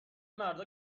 مردا